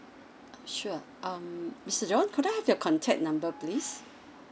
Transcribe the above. uh sure um mister john could I have your contact number please